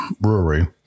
Brewery